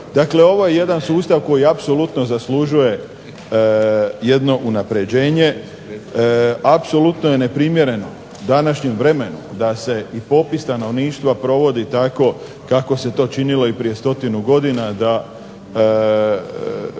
Dakle, ovo je jedan sustav koji apsolutno zaslužuje jedno unapređenje. Apsolutno je neprimjereno današnjem vremenu da se i popis stanovništva provodi tako kako se to činilo i prije stotinu godina da